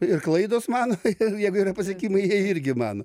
ir klaidos mano ir jeigu yra pasiekimai jie irgi mano